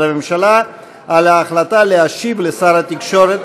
הממשלה על ההחלטה להשיב לשר התקשורת,